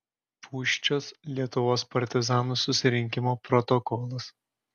pūščios lietuvos partizanų susirinkimo protokolas